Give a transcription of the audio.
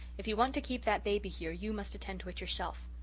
if you want to keep that baby here you must attend to it yourself.